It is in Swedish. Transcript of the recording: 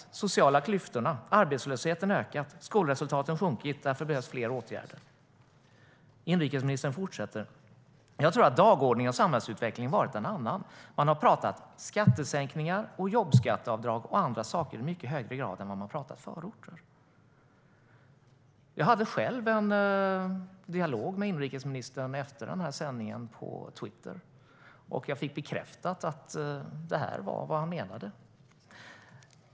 De sociala klyftorna och arbetslösheten har ökat, skolresultaten har sjunkit. Därför behövs fler åtgärder. Jag hade själv en dialog med inrikesministern på Twitter efter sändningen. Jag fick bekräftat att detta var vad han menade.